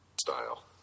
style